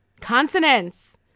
Consonants